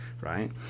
Right